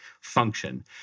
function